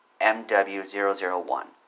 MW001